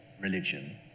religion